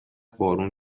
بارون